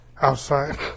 outside